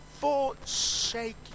forsake